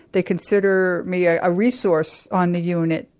they consider me a resource on the unit.